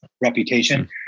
reputation